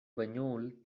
banyuls